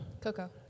Coco